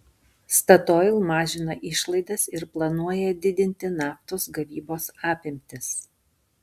statoil mažina išlaidas ir planuoja didinti naftos gavybos apimtis